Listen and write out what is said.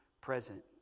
present